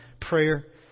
prayer